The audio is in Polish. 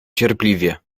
cierpliwie